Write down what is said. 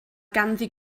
ganddi